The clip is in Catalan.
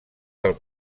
del